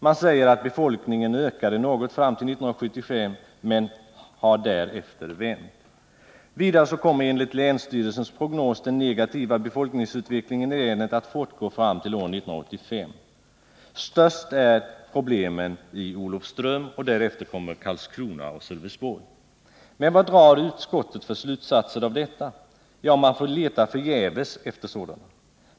Man säger att befolkningen ökade något fram till 1975 men trenden har därefter vänt. Vidare kommer enligt länsstyrelsens prognos den negativa befolkningsutvecklingen i länet att fortgå fram till år 1985. Störst är problemen i Olofström och därefter kommer Karlskrona och Sölvesborg. Men vad drar utskottet för slutsatser av detta? Ja, man får leta förgäves efter sådana.